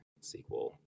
sequel